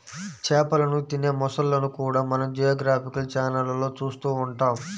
చేపలను తినే మొసళ్ళను కూడా మనం జియోగ్రాఫికల్ ఛానళ్లలో చూస్తూ ఉంటాం